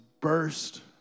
burst